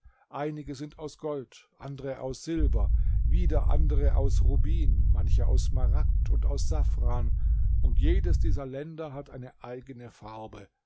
einige sind aus gold andere aus silber wieder andere aus rubin manche aus smaragd und aus safran und jedes dieser länder hat eine eigene farbe